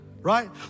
right